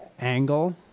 angle